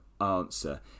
Answer